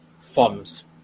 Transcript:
forms